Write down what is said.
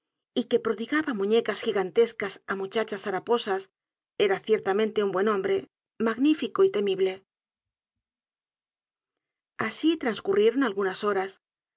y que prodigaba muñecas gigantescas á muchachas haraposas era ciertamente un buen hombre magnífico y temible asi trascurrieron algunas horas